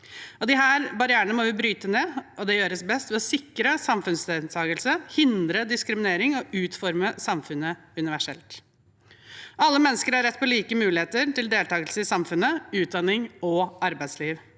Disse barrierene må vi bryte ned, og det gjøres best ved å sikre samfunnsdeltakelse, hindre diskriminering og utforme samfunnet universelt. Alle mennesker har rett til like muligheter til deltakelse i samfunnet, utdanning og arbeidsliv.